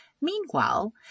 Meanwhile